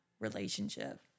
relationship